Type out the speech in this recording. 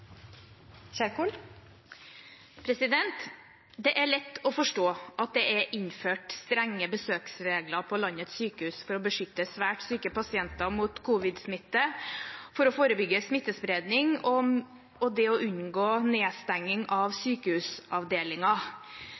innført strenge besøksregler ved landets sykehus for å beskytte svært syke pasienter mot covid-19-smitte, for å forebygge smittespredning og det å unngå nedstenging av